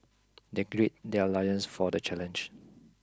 they grid their loins for the challenge